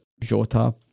Jota